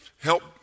help